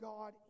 God